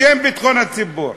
בשם ביטחון הציבור.